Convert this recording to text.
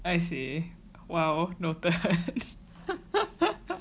I see well noted